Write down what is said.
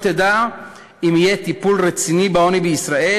אדע אם יהיה טיפול רציני בעוני בישראל,